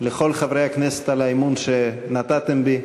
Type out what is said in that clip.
לכל חברי הכנסת על האמון שנתתם בי.